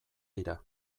dira